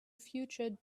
future